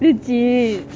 legit